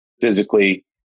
physically